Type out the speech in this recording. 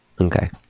okay